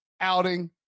outing